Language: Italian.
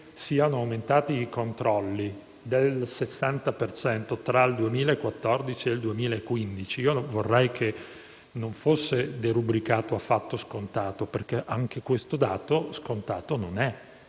siano aumentati i controlli del 60 per cento tra il 2014 e il 2015 vorrei non fosse derubricato a fatto scontato, perché anche questo dato scontato non è,